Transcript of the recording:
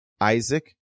Isaac